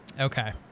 Okay